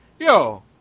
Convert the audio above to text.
yo